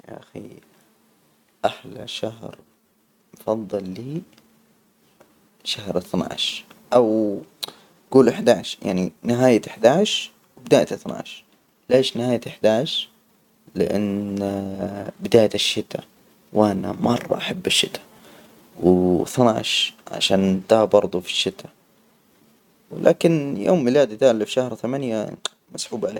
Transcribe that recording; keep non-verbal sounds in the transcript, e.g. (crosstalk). يا أخي أحلى شهر أفضل لي. شهر اثنى عشر أو جول احدى عشر يعني نهاية احدى عشر، بداية اثنى عشر ليش؟ نهاية احدى عشر؟ لأن (hesitation) بداية الشتاء، وأنا مرة أحب الشتاء واثنى عشر عشان ده برضه في الشتاء. لكن يوم ميلادى ده إللي في شهر تمانية مسحوب عليه.